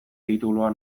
titulua